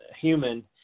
human